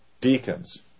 deacons